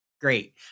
Great